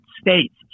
states